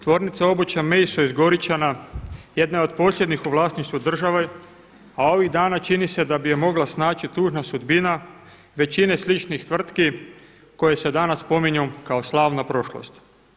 Tvornica obuće MEISO iz Goričana jedna je od posljednjih u vlasništvu države, a ovih dana čini se da bi je mogla snaći tužna sudbina većine sličnih tvrtki koje se danas spominju kao slavna prošlost.